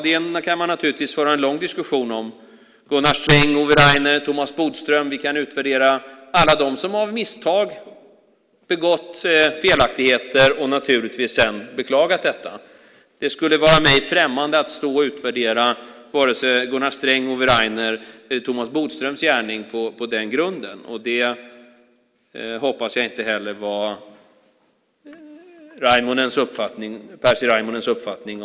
Den kan man naturligtvis föra en lång diskussion om. Gunnar Sträng, Ove Rainer, Thomas Bodström - vi kan utvärdera alla dem som av misstag begått felaktigheter och naturligtvis sedan beklagat detta. Men det skulle vara mig främmande att stå och utvärdera Gunnar Strängs, Ove Rainers eller Thomas Bodströms gärningar på den grunden. Jag hoppas inte heller att det var Raimo Pärssinens uppfattning om min gärning som antyddes.